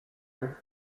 him